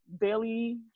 daily